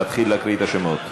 להתחיל להקריא את השמות.